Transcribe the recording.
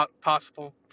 possible